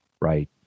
Right